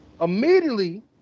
Immediately